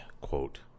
quote